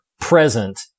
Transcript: present